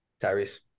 Tyrese